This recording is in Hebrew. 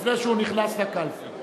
לפני שהוא נכנס לקלפי.